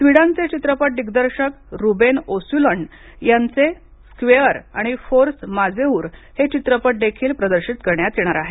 स्वीडनचे चित्रपट दिग्दर्शक रुबेन ओसुलंड यांचे स्क्वेअर आणि फोर्स माजेऊर हे चित्रपटही प्रदर्शित करण्यात येणार आहेत